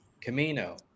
Camino